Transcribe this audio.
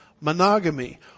monogamy